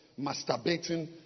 masturbating